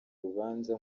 rubanza